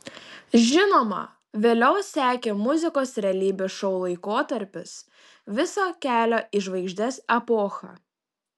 žinoma vėliau sekė muzikos realybės šou laikotarpis visa kelio į žvaigždes epocha